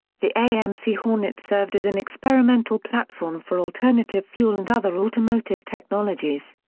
the amc hornet served as an experimental platform for alternative fuel and other automotive technologies.